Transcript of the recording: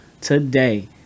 today